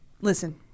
listen